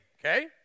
okay